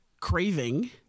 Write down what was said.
craving